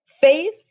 faith